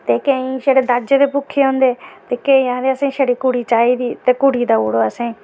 ते केईं छड़े दाजै दे भुक्खे होंदे ते केईं आखदे असें छड़ी कुड़ी चाहिदी ते कुड़ी देई ओड़ो असें ई